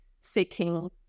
seeking